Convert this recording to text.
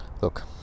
Look